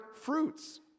fruits